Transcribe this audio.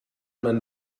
man